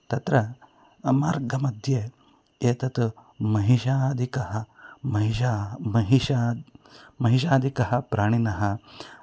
तत्र मार्गमध्ये एतत् महिषादिकः महिष्यः महिषा महिषादिकः प्राणिनः